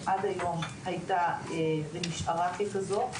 שהייתה כזו עד היום ונשארה כזו,